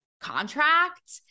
contract